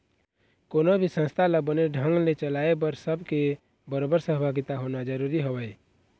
कोनो भी संस्था ल बने ढंग ने चलाय बर सब के बरोबर सहभागिता होना जरुरी हवय